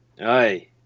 Aye